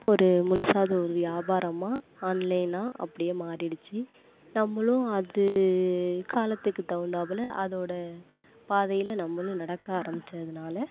ஒரு முழுசாக அது ஒரு வியாபாரமாக ஆன்லைனா அப்படியே மாறிடுச்சி நம்மளும் அது காலத்துக்கு தகுந்தாப்புல அதோடய பாதையில் நம்மளும் நடக்க ஆரமிச்சதுனால்